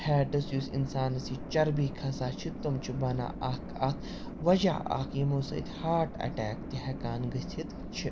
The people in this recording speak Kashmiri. فیٹٕس یُس اِنسانَس یہِ چربی کھَسان چھِ تِم چھِ بَنان اَکھ اَتھ وَجہ اَکھ یِمو سۭتۍ ہارٹ اَٹیک تہِ ہیٚکان گٔژھِتھ چھِ